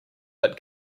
but